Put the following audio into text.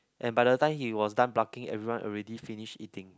and by the time he was done plucking everyone already finish eating